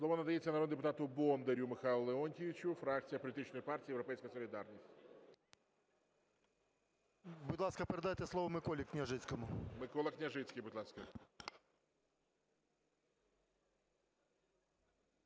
Слово надається народному депутату Бондарю Михайлу Леонтійовичу, фракція політичної партії "Європейська солідарність". 13:07:19 БОНДАР М.Л. Будь ласка, передайте слово Миколі Княжицькому. ГОЛОВУЮЧИЙ. Микола Княжицький, будь ласка.